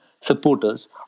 supporters